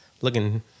Looking